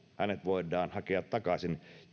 hänet voidaan hakea takaisin